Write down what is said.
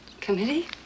Committee